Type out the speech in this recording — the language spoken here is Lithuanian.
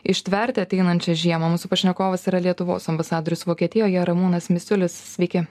ištverti ateinančią žiemą mūsų pašnekovas yra lietuvos ambasadorius vokietijoje ramūnas misiulis sveiki